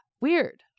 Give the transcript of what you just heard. Weird